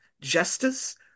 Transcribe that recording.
justice